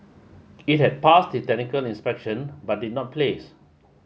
it had passed the technical inspection but did not place